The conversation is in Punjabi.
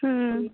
ਹਮ